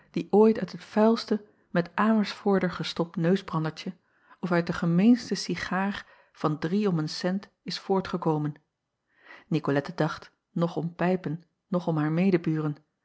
die ooit uit het vuilste met amersfoorder gestopt neusbrandertje of uit de gemeenste cigaar van drie om een cent is voortgekomen icolette dacht noch om pijpen noch om haar